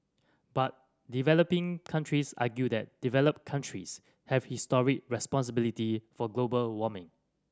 but developing countries argue that developed countries have history responsibility for global warming